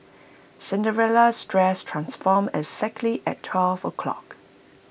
Cinderella's dress transformed exactly at twelve o'clock